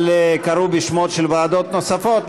אבל קראו בשמות של ועדות נוספות,